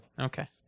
Okay